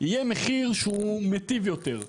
יהיה מחיר שהוא מטיב יותר,